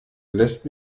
lässt